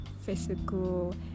physical